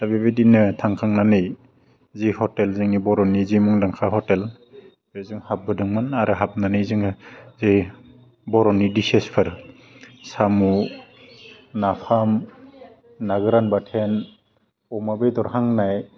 दा बेबायदिनो थांखांनानै जि हटेल जोंनि बर'नि जि मुंदांखा हटेल बेजों हाबबोदोंमोन आरो हाबनानै जोङो जि बर'नि डिसेसफोर साम' नाफाम ना गोरान बाथेन अमा बेदर हांनाय